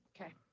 Okay